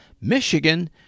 Michigan